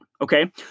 okay